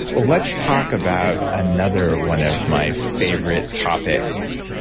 let's talk about another one of my favorite topics,